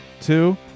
two